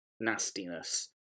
nastiness